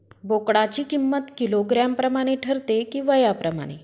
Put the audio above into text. बोकडाची किंमत किलोग्रॅम प्रमाणे ठरते कि वयाप्रमाणे?